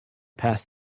pass